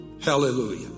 Hallelujah